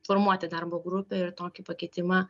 formuoti darbo grupę ir tokį pakeitimą